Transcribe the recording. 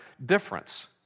difference